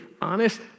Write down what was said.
honest